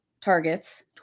targets